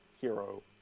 hero